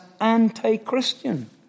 anti-Christian